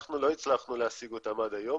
אנחנו לא הצלחנו להשיג אותם עד היום.